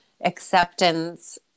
acceptance